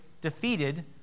defeated